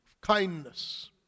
kindness